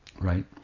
Right